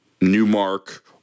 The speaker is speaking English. Newmark